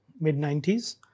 mid-90s